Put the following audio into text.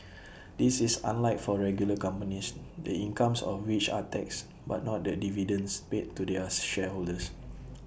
this is unlike for regular companies the incomes of which are taxed but not the dividends paid to their shareholders